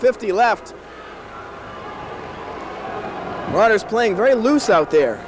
fifty left writers playing very loose out there